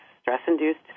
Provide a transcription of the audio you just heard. stress-induced